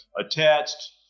attached